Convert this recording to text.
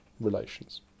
relations